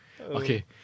okay